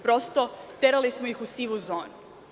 Prosto terali smo ih u sivu zonu.